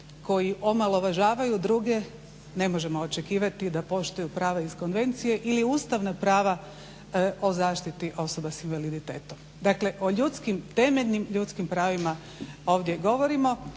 koji omalovažavaju druge ne možemo očekivati da poštuju prava iz konvencije ili ustavna prava o zaštiti osobe s invaliditetom. Dakle, o temeljnim ljudskim pravima ovdje govorimo.